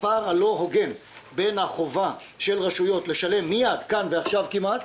הפער הלא הוגן בין החובה של רשויות לשלם מייד כאן ועכשיו כמעט,